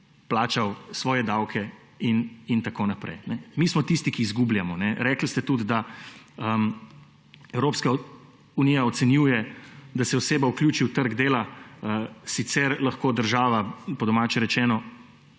plačal svoje davke in tako naprej. Mi smo tisti, ki izgubljamo. Rekli ste tudi, da Evropska unija ocenjuje, da se oseba vključi v trg dela – sicer ga lahko država, po domače rečeno,